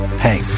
Hey